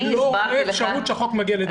נאי לא רואה אפשרות שהחוק מגיע לידי ביצוע.